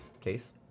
case